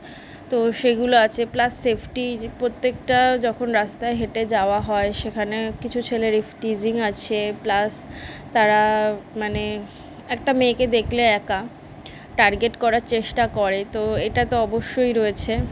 তো সেগুলো আছে প্লাস সেফটির প্রত্যেকটা যখন রাস্তায় হেঁটে যাওয়া হয় সেখানে কিছু ছেলের ইভ টিজিং আছে প্লাস তারা মানে একটা মেয়েকে দেখলে একা টার্গেট করার চেষ্টা করে তো এটা তো অবশ্যই রয়েছে